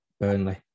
Burnley